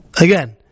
Again